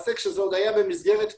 כשזה עוד היה במסגרת פיילוט,